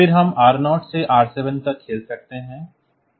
फिर हम R0 से R7 तक खेल सकते हैं